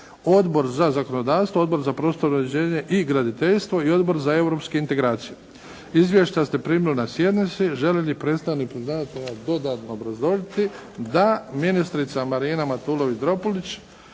Odbor za zakonodavstvo, Odbor za prostorno uređenje i graditeljstvo i Odbor za europske integracije. Izvješća ste primili na sjednici. Želi li predstavnik predlagatelja dodatno obrazložiti? Da. Ministrica Marina Matulović Dropulić.